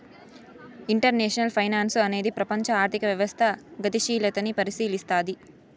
international finance అనేది ప్రపంచం ఆర్థిక వ్యవస్థ గతిశీలతని పరిశీలస్తది